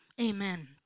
Amen